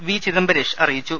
V Chidambaresh അറിയിച്ചു